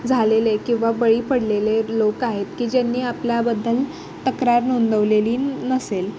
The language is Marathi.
झालेले किंवा बळी पडलेले लोक आहेत की ज्यांनी आपल्याबद्दल तक्रार नोंदवलेली नसेल